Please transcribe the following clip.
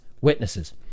witnesses